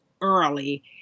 early